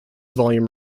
volume